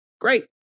Great